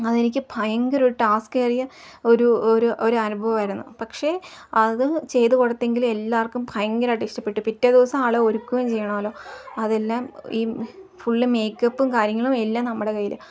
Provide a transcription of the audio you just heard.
അതെനിക്ക് ഭയങ്കര ഒരു ടാസ്ക് ഏറിയ ഒരു ഒരു ഒരനുഭവമായിരുന്നു പക്ഷെ അത് ചെയ്ത് കൊടുത്തെങ്കിൽ എല്ലാവർക്കും ഭയങ്കരമായിട്ട് ഇഷ്ടപ്പെട്ടു പിറ്റേ ദിവസം ആളെ ഒരുക്കുകയും ചെയ്യണമല്ലോ അതെല്ലാം ഈ ഫുള്ള് മേക്കപ്പും കാര്യങ്ങളും എല്ലാം നമ്മുടെ കയ്യിൽ